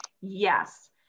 Yes